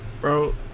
Bro